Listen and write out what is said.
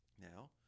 now